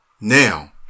Now